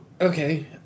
Okay